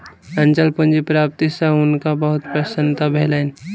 अचल पूंजी प्राप्ति सॅ हुनका बहुत प्रसन्नता भेलैन